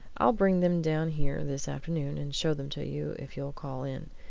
i'll bring them down here this afternoon, and show them to you if you'll call in.